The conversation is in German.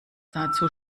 dazu